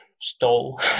stole